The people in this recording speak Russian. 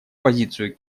позицию